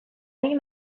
nik